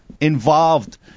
involved